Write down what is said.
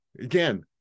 again